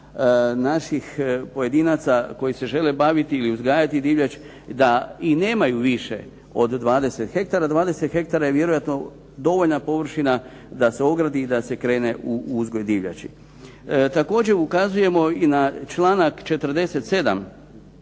naših pojedinaca koji se želi baviti ili uzgajati divljač da i nemaju više od 20 hektara. 20 hektara je vjerojatno dovoljna površina da se ogradi i da se krene u uzgoj divljači. Također ukazujemo i na članak 47.